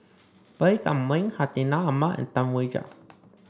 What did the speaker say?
Baey Yam Keng Hartinah Ahmad and Tam Wai Jia